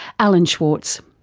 alan schwarz.